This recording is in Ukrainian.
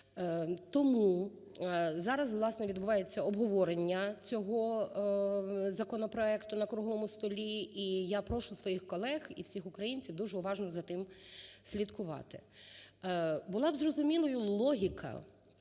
Тому зараз, власне, відбувається обговорення цього законопроекту на круглому столі і я прошу своїх колег і всіх українців дуже уважно за тим слідкувати. Була б зрозумілою логіка